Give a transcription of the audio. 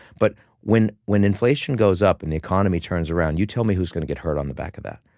but when when inflation goes up and the economy turns around, you tell me who's going to get hurt on the back of that.